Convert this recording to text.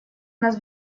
нас